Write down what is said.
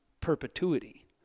perpetuity